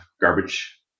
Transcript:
garbage